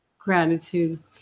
Gratitude